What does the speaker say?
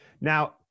Now